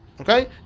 Okay